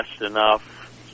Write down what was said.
enough